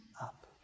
up